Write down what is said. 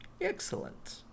Excellent